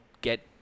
get